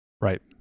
Right